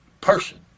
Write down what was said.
person